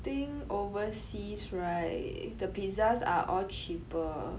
I think overseas right the pizzas are all cheaper